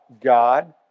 God